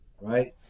right